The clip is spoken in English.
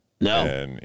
No